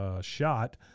shot